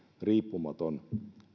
riippumaton